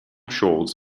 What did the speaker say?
scholz